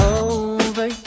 over